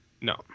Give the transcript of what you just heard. No